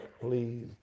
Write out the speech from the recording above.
please